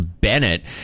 Bennett